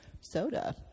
soda